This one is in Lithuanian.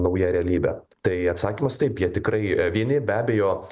nauja realybe tai atsakymas taip jie tikrai vieni be abejo